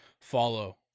follow